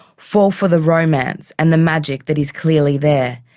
fall for the romance and the magic that is clearly there,